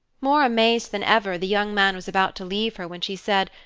more amazed than ever, the young man was about to leave her when she said,